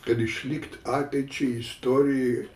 kad išlikt ateičiai istorijai